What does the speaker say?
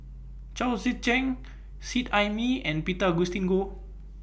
Chao Tzee Cheng Seet Ai Mee and Peter Augustine Goh